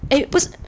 eh 不是